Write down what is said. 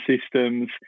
systems